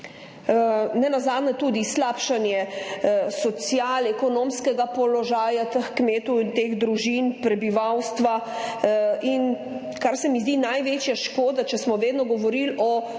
nenazadnje tudi slabšanje socialno-ekonomskega položaja teh kmetov in teh družin, prebivalstva, in kar se mi zdi največja škoda, če smo vedno govorili o